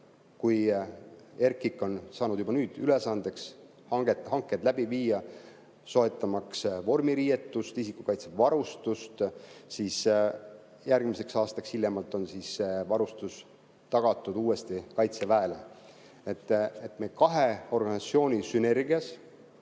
kui RKIK on saanud juba nüüd ülesandeks hanked läbi viia, soetamaks vormiriietust, isikukaitsevarustust, siis järgmiseks aastaks hiljemalt on varustus tagatud uuesti kaitseväele. Kahe organisatsiooni sünergias